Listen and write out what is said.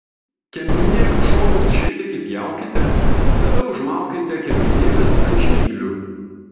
kempinėlių šonus šiek tiek įpjaukite tada užmaukite kempinėles ant žnyplių